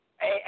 hey